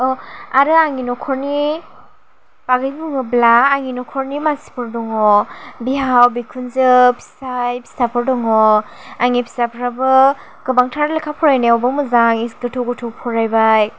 आरो आंनि नखरनि बागै बुङोब्ला आंनि नखरनि मानसिफोर दङ बिहाव बिखुनजो फिसाय फिसाफोर दङ आंनि फिसाफ्राबो गोबांथार लेखा फरायनायावबो मोजां गोथौ गोथौ फरायबाय